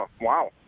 wow